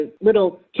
little